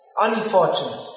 Unfortunate